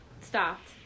stopped